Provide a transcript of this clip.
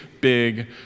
big